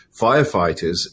firefighters